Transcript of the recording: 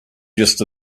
just